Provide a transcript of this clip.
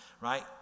right